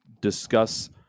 discuss